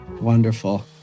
Wonderful